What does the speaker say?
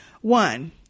one